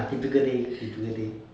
ah typical day typical day